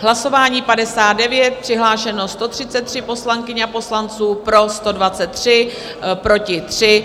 Hlasování číslo 59, přihlášeno 133 poslankyň a poslanců, pro 123, proti 3.